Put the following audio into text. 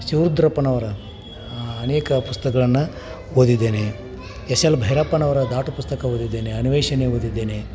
ಶಿವರುದ್ರಪ್ಪನವರ ಅನೇಕ ಪುಸ್ತಕಗಳನ್ನ ಓದಿದ್ದೇನೆ ಎಸ್ ಎಲ್ ಭೈರಪ್ಪನವರ ದಾಟು ಪುಸ್ತಕ ಓದಿದ್ದೇನೆ ಅನ್ವೇಷಣೆ ಓದಿದ್ದೇನೆ